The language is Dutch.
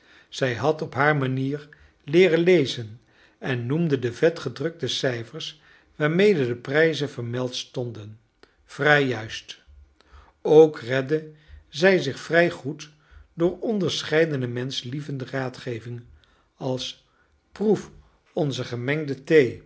zij had op haar manier leeren lezen en noemde de vet ge dr ukte cij f er s waarmede de prijzen vermeld stonden vrij juist ook redde zij zich vrij goed door de onderscheidene menschlievehde raadgevingen als proef onze gemengde